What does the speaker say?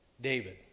David